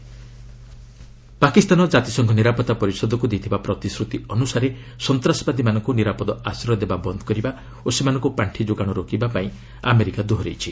US ପାକ୍ ପାକିସ୍ତାନ କାତିସଂଘ ନିରାପତ୍ତା ପରିଷଦକୁ ଦେଇଥିବା ପ୍ରତିଶ୍ରତି ଅନୁସାରେ ସନ୍ତାସବାଦୀମାନଙ୍କ ନିରାପଦ ଆଶ୍ରୟ ଦେବା ବନ୍ଦ୍ କରିବା ଓ ସେମାନଙ୍କୁ ପାର୍ଷି ଯୋଗାଣ ରୋକିବାପାଇଁ ଆମେରିକା ଦୋହରାଇଛି